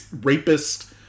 rapist